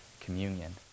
Communion